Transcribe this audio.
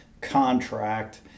contract